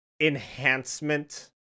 enhancement